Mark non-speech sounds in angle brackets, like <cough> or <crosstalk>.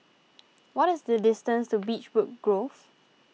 <noise> what is the distance to Beechwood Grove